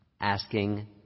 asking